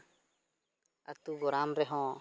ᱟᱹᱛᱩ ᱜᱚᱨᱟᱢ ᱨᱮᱦᱚᱸ